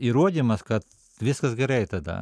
įrodymas kad viskas gerai tada